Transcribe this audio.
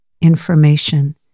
information